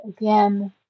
again